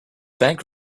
bank